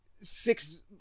six